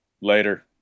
Later